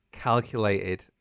calculated